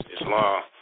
Islam